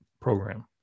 program